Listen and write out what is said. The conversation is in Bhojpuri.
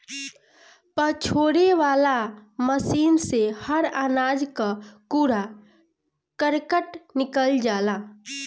पछोरे वाला मशीन से हर अनाज कअ कूड़ा करकट निकल जाला